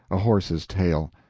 a horse's tale.